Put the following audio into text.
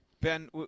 Ben